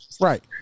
Right